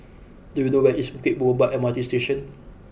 do you know where is Bukit Gombak M R T Station